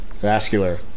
Vascular